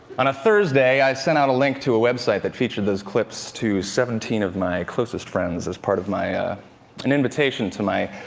on a thursday, i sent out a link to a website that featured those clips to seventeen of my closest friends, as part of an invitation to my